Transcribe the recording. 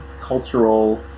cultural